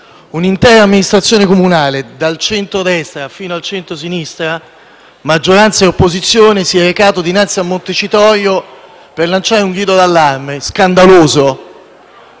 un'intera amministrazione comunale, dal centrodestra fino al centrosinistra, maggioranza e opposizione, si è recata dinanzi a Montecitorio per lanciare un grido d'allarme scandaloso: